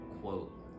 quote